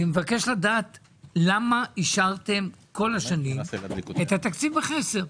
אני מבקש לדעת למה אישרתם כל השנים את תקציב החסר?